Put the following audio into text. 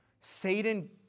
Satan